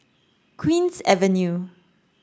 Queen's Avenue